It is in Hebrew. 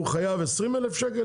הוא חייב 20,000 שקלים,